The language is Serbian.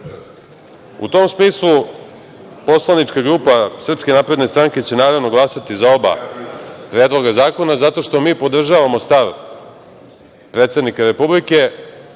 tom smislu, poslanička grupa SNS će naravno glasati za oba predloga zakona zato što mi podržavamo stav predsednika Republike